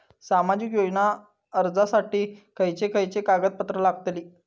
सामाजिक योजना अर्जासाठी खयचे खयचे कागदपत्रा लागतली?